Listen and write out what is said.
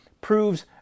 proves